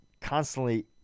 constantly